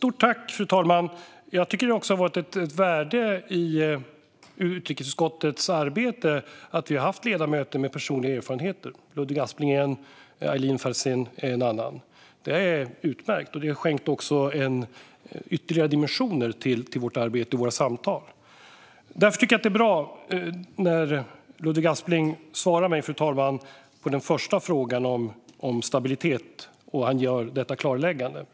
Fru talman! Jag tycker att det har funnits ett värde i utrikesutskottets arbete att vi har haft ledamöter med personliga erfarenheter. Ludvig Aspling är en sådan, och Aylin Fazelian är en annan. Det är utmärkt. Det har dessutom skänkt ytterligare dimensioner till vårt arbete och våra samtal. Därför är det bra när Ludvig Aspling svarar på min första fråga om stabilitet med detta klarläggande.